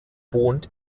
wohnt